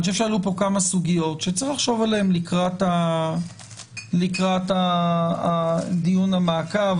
אני חושב שעלו פה כמה סוגיות שצריך לחשוב עליהם לקראת דיון המעקב.